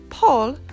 Paul